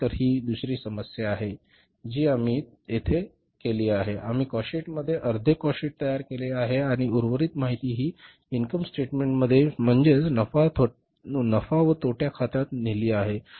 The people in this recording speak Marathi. तर ही दुसरी समस्या आहे जी आम्ही तेथे केली आहे आम्ही काॅस्ट शीट मध्ये अर्धे काॅस्ट शीट तयार केले आहे आणि उर्वरित माहिती हि इन्कम स्टेटमेंटमध्ये म्हणजेच नफा व तोटा खात्यात नेली आहे